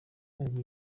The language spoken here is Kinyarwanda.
ubu